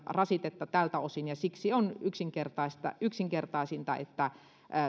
rasitetta tältä osin siksi on yksinkertaisinta että